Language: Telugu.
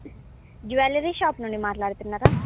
జ్యువలరీ షాప్ నుండి మాట్లాడుతున్నారా